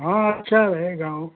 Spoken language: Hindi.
हाँ अच्छा रहेगा ओ